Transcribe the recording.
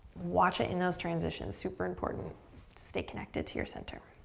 watch it in those transitions. super important to stay connected to your center.